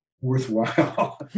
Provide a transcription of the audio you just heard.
worthwhile